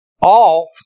off